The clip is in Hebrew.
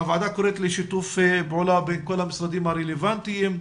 הוועדה קוראת לשיתוף פעולה בין כל המשרדים הרלוונטיים,